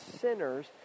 sinners